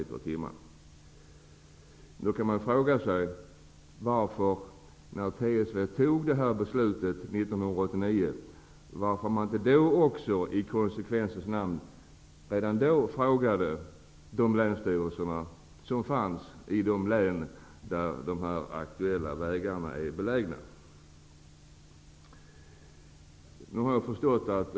Det finns anledning att ställa frågan varför inte TSV, i konsekvensens namn, redan vid sitt beslut 1989 frågade efter länsstyrelsens uppfattning i de län där de aktuella vägarna är belägna.